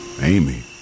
Amy